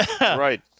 Right